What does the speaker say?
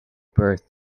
birth